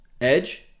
edge